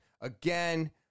Again